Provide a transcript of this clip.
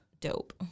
dope